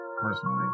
Personally